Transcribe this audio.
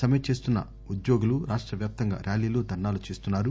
సమ్మె చేస్తున్న ఉద్యోగులు రాష్ట వ్యాప్తంగా ర్యాలీలు ధర్సాలు చేస్తున్నారు